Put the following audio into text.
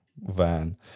van